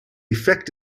effect